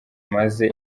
amaze